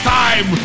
time